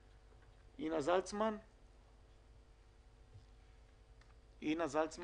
היינו ערוכים עם מתווה להפעלה של גני ילדים,